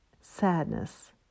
sadness